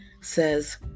says